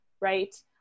right